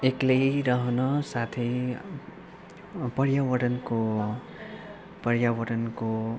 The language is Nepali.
एक्लै रहन साथै पर्यावरणको पर्यावरणको